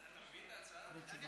אתה מבין את ההצעה?